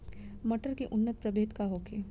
मटर के उन्नत प्रभेद का होखे?